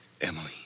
Emily